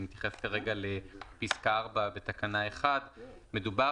אני מתייחס כרגע לפסקה (4) בתקנה 1 מדובר,